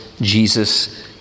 Jesus